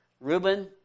Reuben